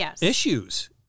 issues